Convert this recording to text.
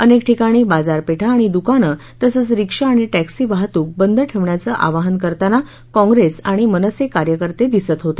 अनेक ठिकाणी बाजारपेठा आणि दुकानं तसंच रिक्षा आणि टॅक्सी वाहतूक बंद ठेवण्याचं आवाहन करताना काँप्रेस आणि मनसे कार्यकर्ते दिसत होते